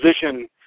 position